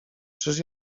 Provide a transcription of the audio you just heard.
czyż